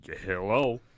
Hello